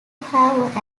have